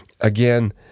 Again